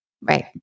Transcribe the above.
Right